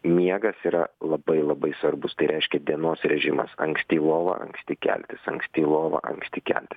miegas yra labai labai svarbus tai reiškia dienos režimas anksti į lovą anksti keltis anksti į lovą anksti kelti